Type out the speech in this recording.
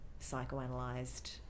psychoanalyzed